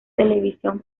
televisión